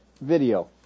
video